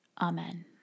Amen